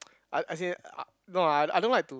as as in no ah no I I don't like to